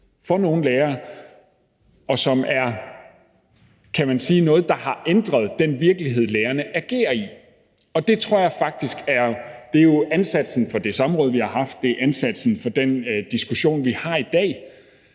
for nogle lærere, og som er noget, der har ændret den virkelighed, lærerne agerer i, og det er jo ansatsen for det samråd, vi har haft. Det er ansatsen for den diskussion, vi har i dag,